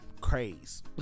craze